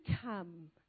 come